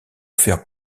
offert